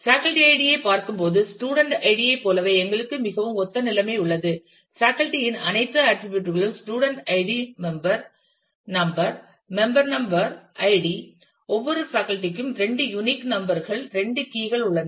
faculty ஐடியைப் பார்க்கும்போது student ஐடியைப் போலவே எங்களுக்கு மிகவும் ஒத்த நிலைமை உள்ளது பேக்கல்டி இன் அனைத்து ஆட்டிரிபியூட் களும் student ID → member number member number → ID ஒவ்வொரு பேக்கல்டி க்கும் இரண்டு யூனிக் நம்பர் கள் இரண்டு கீ கள் உள்ளன